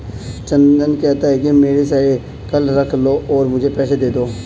चंदन कहता है, मेरी साइकिल रख लो और मुझे पैसे दे दो